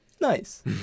nice